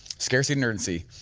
scarcity and urgency.